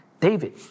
David